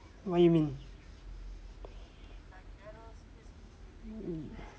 what you mean